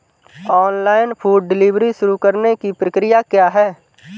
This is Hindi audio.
ऑनलाइन फूड डिलीवरी शुरू करने की प्रक्रिया क्या है?